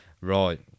Right